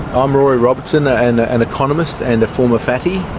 um rory robertson, an ah an economist and a former fatty.